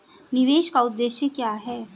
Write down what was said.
निवेश का उद्देश्य क्या है?